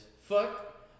Fuck